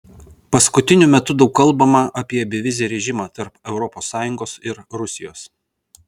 paskutiniu metu daug kalbama apie bevizį režimą tarp europos sąjungos ir rusijos